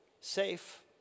safe